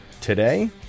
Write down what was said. today